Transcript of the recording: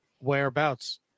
Whereabouts